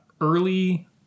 early